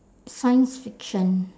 science fiction